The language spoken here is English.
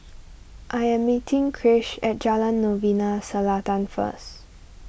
I am meeting Krish at Jalan Novena Selatan first